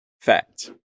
fact